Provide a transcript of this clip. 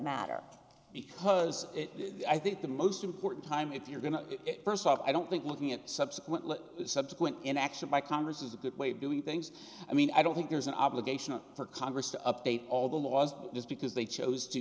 matter because i think the most important time if you're going to first off i don't think looking at subsequent subsequent in action by congress is a good way of doing things i mean i don't think there's an obligation for congress to update all the laws just because they chose to